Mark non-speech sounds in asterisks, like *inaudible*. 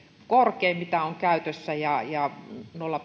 korkein mikä on käytössä ja ja nolla *unintelligible*